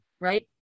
right